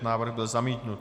Návrh byl zamítnut.